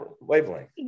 wavelength